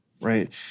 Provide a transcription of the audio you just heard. right